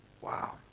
Wow